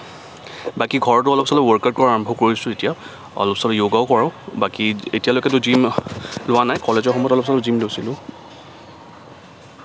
বাকী ঘৰতো অলপ চলপ ৱৰ্কআউট কৰা আৰম্ভ কৰিছোঁ এতিয়া অলপ চলপ যোগাও কৰোঁ বাকী এতিয়ালৈকেতো জিম লোৱা নাই কলেজৰ সময়ত অলপ চলপ জিম লৈছিলোঁ